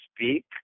speak